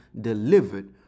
delivered